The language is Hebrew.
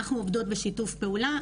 אנחנו עובדות יחד בשיתוף פעולה,